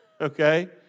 okay